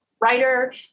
writer